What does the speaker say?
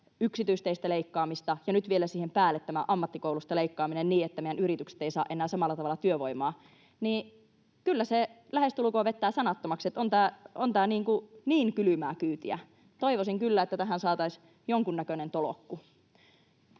yksityisteistä leikkaamista ja nyt vielä siihen päälle tämä ammattikouluista leikkaaminen, niin että meidän yritykset eivät saa enää samalla tavalla työvoimaa, niin kyllä se lähestulkoon vetää sanattomaksi. Että on tämä niin kylmää kyytiä. Toivoisin kyllä, että tähän saataisiin jonkunnäköinen tolkku.